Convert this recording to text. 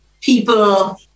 People